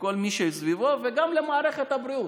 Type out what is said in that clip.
לכל מי שסביבו וגם למערכת הבריאות,